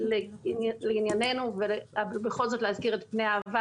לענייננו ובכל זאת להזכיר את העבר.